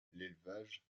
l’élevage